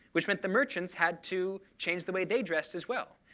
which meant the merchants had to change the way they dressed as well.